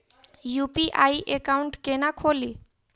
UPI account केना खोलि?